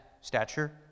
stature